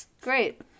Great